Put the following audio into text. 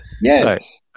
Yes